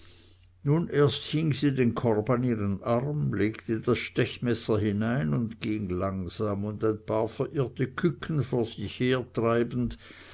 nun erst hing sie den korb an ihren arm legte das stechmesser hinein und ging langsam und ein paar verirrte küken vor sich her